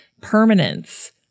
permanence